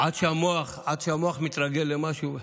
עד שהמוח מתרגל למשהו.